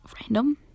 random